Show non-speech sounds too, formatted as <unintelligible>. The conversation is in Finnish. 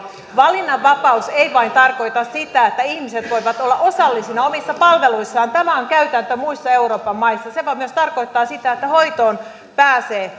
valinnanvapaus ei tarkoita vain sitä että ihmiset voivat olla osallisina omissa palveluissaan tämä on käytäntö muissa euroopan maissa se voi myös tarkoittaa sitä että hoitoon pääsee <unintelligible>